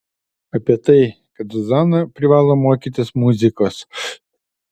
apie tai kad zuzana privalo mokytis muzikos